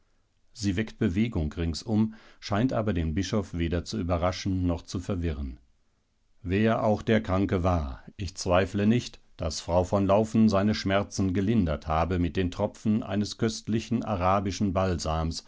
sie weckt bewegung ringsum scheint aber den bischof weder zu überraschen noch zu verwirren wer auch der kranke war ich zweifle nicht daß frau von laufen seine schmerzen gelindert habe mit den tropfen eines köstlichen arabischen balsams